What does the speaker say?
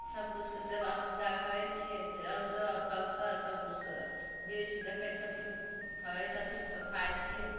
सबकिछुके सेवा सत्कार करै छिए जलसे फलसे सबकिछुसे बिरिछ देखै छथिन फड़ै छथिन सब खाइ छिए